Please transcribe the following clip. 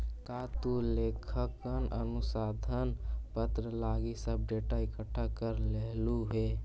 का तु लेखांकन अनुसंधान पत्र लागी सब डेटा इकठ्ठा कर लेलहुं हे?